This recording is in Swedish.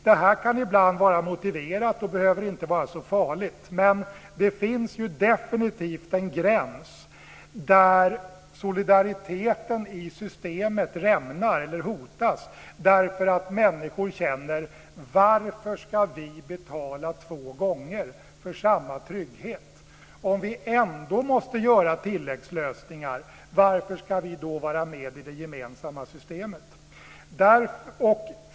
Det här kan ibland vara motiverat och behöver inte vara så farligt, men det finns definitivt en gräns där solidariteten i systemet rämnar eller hotas därför att människor undrar varför de ska betala två gånger för samma trygghet. Om de ändå måste göra tilläggslösningar undrar de varför de måste vara med i det gemensamma systemet.